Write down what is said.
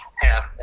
half